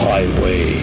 Highway